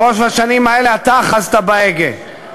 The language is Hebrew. ברוב השנים האלה אתה אחזת בהגה,